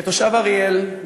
כתושב אריאל,